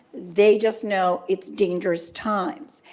they just know it's dangerous times.